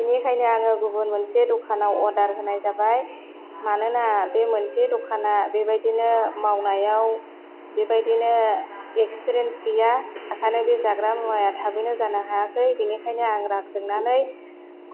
बिनिखायनो आङो गुबुन मोनसे दखानाव अर्दार होनाय जाबाय मानोना बे मोनसे दखाना बेबादिनो मावनायाव बेबादिनो एख्सफिरियेनस गैया एखायनो बे जाग्रा मुवाया थाबैनो जानो हायाखै बिनिखायनो आं रागा जोंनानै